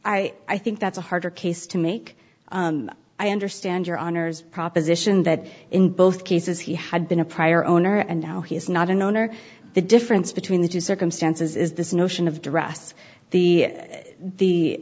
i i think that's a harder case to make i understand your honour's proposition that in both cases he had been a prior owner and now he is not an owner the difference between the two circumstances is this notion of dress the